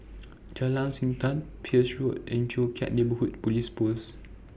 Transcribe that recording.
Jalan Siantan Peirce Road and Joo Chiat Neighbourhood Police Post